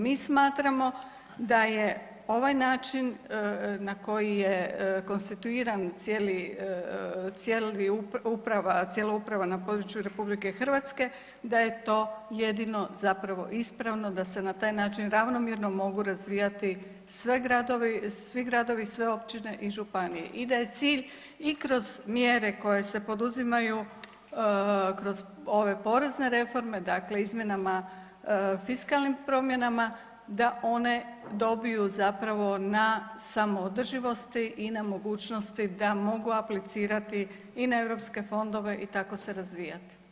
Mi smatramo da je ovaj način na koji je konstituiran cijela uprava na području RH da je to jedino zapravo ispravno da se na taj način ravnomjerno mogu razvijati svi gradovi, sve općine i županije i da je cilj i kroz mjere koje se poduzimaju, kroz ove porezne reforme dakle izmjenama fiskalnim promjenama da one dobiju zapravo na samoodrživosti i na mogućnosti da mogu aplicirati i na europske fondove i tako se razvijati.